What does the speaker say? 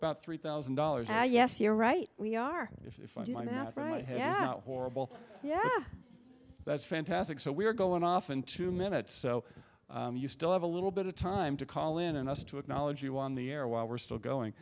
about three thousand dollars well yes you're right we are if i don't have horrible yeah that's fantastic so we are going off in two minutes so you still have a little bit of time to call in and us to acknowledge you on the air while we're still going